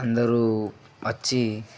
అందరూ వచ్చి